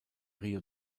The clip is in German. río